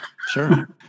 Sure